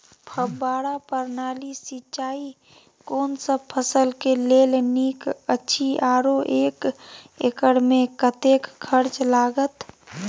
फब्बारा प्रणाली सिंचाई कोनसब फसल के लेल नीक अछि आरो एक एकर मे कतेक खर्च लागत?